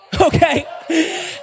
Okay